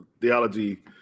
theology